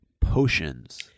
potions